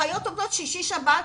אחיות עובדות שישי-שבת,